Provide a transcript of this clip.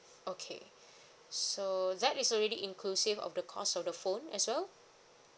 okay so that is already inclusive of the cost of the phone as well